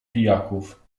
pijaków